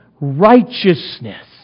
righteousness